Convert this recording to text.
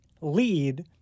lead